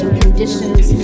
conditions